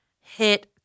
hit